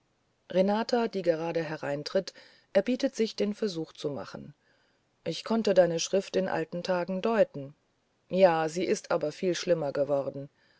renata die gerade hereintritt erbietet sich den versuch zu machen ich konnte deine schrift in alten tagen deuten ja sie ist aber indessen viel schlimmer geworden